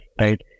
right